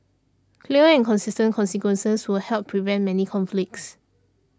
clear and consistent consequences will help prevent many conflicts